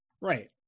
Right